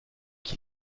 qui